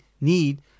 need